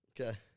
Okay